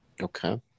Okay